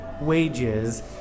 wages